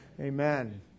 Amen